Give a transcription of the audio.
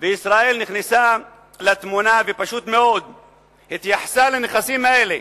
וישראל נכנסה לתמונה ופשוט מאוד התייחסה לנכסים האלה,